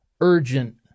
urgent